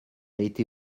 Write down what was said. été